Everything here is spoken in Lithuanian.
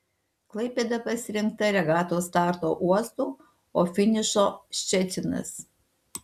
klaipėda pasirinkta regatos starto uostu o finišo ščecinas